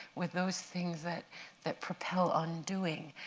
with those things that that propel undoing.